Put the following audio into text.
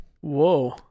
Whoa